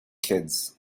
kids